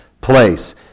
place